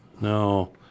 No